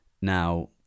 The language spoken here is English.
now